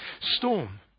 storm